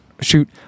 shoot